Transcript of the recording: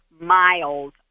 miles